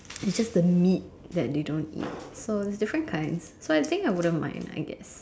it's just the meat that they don't eat so there's different kinds so I think I wouldn't mind I guess